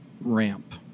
ramp